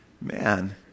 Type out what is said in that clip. man